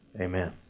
amen